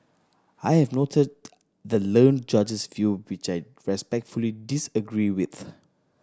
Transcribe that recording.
I have noted the learned Judge's view which I respectfully disagree with